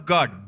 God